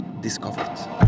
discovered